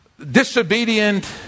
disobedient